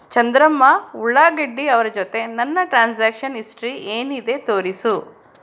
ಚಂದ್ರಮ್ಮ ಉಳ್ಳಾಗಡ್ಡಿ ಅವ್ರ ಜೊತೆ ನನ್ನ ಟ್ರಾನ್ಸಾಕ್ಷನ್ ಇಸ್ಟ್ರಿ ಏನಿದೆ ತೋರಿಸು